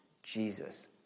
Jesus